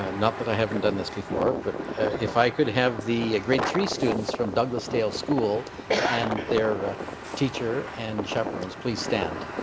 ah not that i haven't done this before, but if i could have the grade three students from douglasdale school and their teacher and chaperons please stand.